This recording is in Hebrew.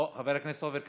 חבר הכנסת עופר כסיף,